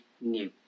new